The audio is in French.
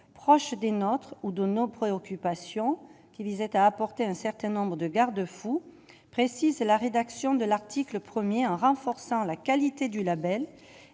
proches des nôtres ou de nos préoccupations, qui visait à apporter un certain nombre de garde-fou, précise la rédaction de l'article 1er en renforçant la qualité du Label